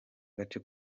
gace